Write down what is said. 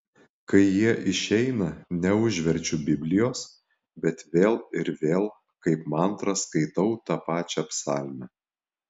kai jie išeina neužverčiu biblijos bet vėl ir vėl kaip mantrą skaitau tą pačią psalmę